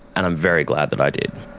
and i'm very glad that i did.